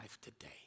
today